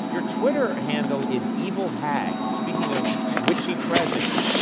your twitter handle is evilhag. speaking of witchy presence.